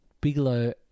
Bigelow